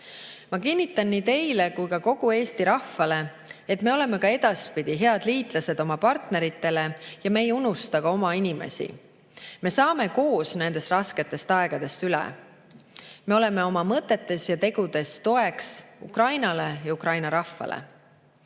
Ma kinnitan nii teile kui ka kogu Eesti rahvale, et me oleme ka edaspidi head liitlased oma partneritele ja me ei unusta ka oma inimesi. Me saame koos nendest rasketest aegadest üle. Me oleme oma mõtetes ja tegudes toeks Ukrainale ja Ukraina rahvale.